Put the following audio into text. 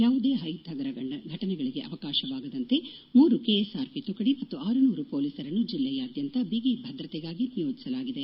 ಯಾವುದೇ ಅಹಿತಕರ ಫಟನೆಗಳಗೆ ಅವಕಾಶವಾಗದಂತೆ ಮೂರು ಕೆಎಸ್ ಆರ್ ಪಿ ತುಕಡಿ ಮತ್ತು ಆರುನೂರು ಪೊಲೀಸರನ್ನು ಜಿಲ್ಲೆಯಾದ್ಯಂತ ಬಿಗಿ ಭದ್ರತೆಗಾಗಿ ನಿಯೋಜಿಸಲಾಗಿದೆ